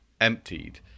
emptied